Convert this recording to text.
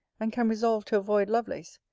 and can resolve to avoid lovelace,